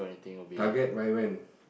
target by when